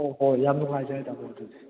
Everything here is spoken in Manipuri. ꯍꯣꯏ ꯍꯣꯏ ꯌꯥꯝ ꯅꯨꯡꯉꯥꯏꯖꯔꯦ ꯇꯥꯃꯣ ꯑꯗꯨꯗꯤ